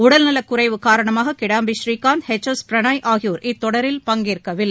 உடல் நலக்குறைவு காரணமாககிடாம்பி புரீகாந்த் எச் எஸ் பிரணாய் ஆகியோர் இத்தொடரில் பங்கேற்கவில்லை